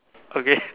okay